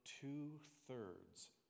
two-thirds